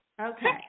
Okay